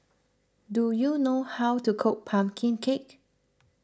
do you know how to cook Pumpkin Cake